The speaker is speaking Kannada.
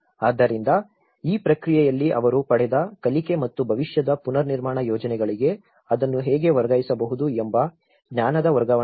ಆದ್ದರಿಂದ ಈ ಪ್ರಕ್ರಿಯೆಯಲ್ಲಿ ಅವರು ಪಡೆದ ಕಲಿಕೆ ಮತ್ತು ಭವಿಷ್ಯದ ಪುನರ್ನಿರ್ಮಾಣ ಯೋಜನೆಗಳಿಗೆ ಅದನ್ನು ಹೇಗೆ ವರ್ಗಾಯಿಸಬಹುದು ಎಂಬ ಜ್ಞಾನದ ವರ್ಗಾವಣೆ ಇಲ್ಲ